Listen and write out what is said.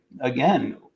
again